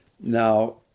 Now